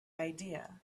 idea